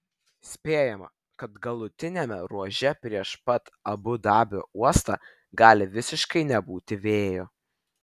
spėjama kad galutiniame ruože prieš pat abu dabio uostą gali visiškai nebūti vėjo